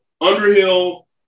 Underhill